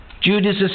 Judas